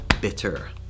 Bitter